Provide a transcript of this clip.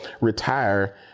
retire